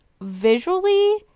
visually